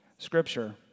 scripture